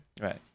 Right